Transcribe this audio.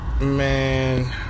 Man